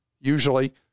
usually